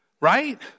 Right